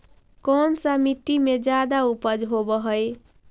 कोन सा मिट्टी मे ज्यादा उपज होबहय?